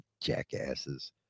Jackasses